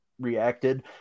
reacted